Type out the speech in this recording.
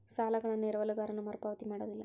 ಸಾಲಗಳನ್ನು ಎರವಲುಗಾರನು ಮರುಪಾವತಿ ಮಾಡೋದಿಲ್ಲ